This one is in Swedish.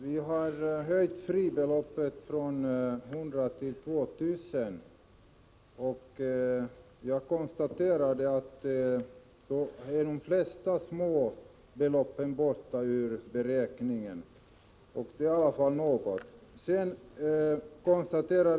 Herr talman! Vi föreslår höjning av fribeloppet från 100 kr. till 2 000 kr. Jag har vidare konstaterat att de flesta av småbeloppen nu kommer att bortfalla ur beräkningen. Det är i alla fall något.